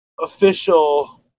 official